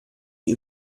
die